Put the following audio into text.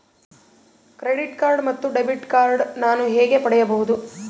Credit card ಮತ್ತು debit card ನಾನು ಹೇಗೆ ಪಡೆಯಬಹುದು?